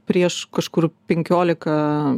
prieš kažkur penkiolika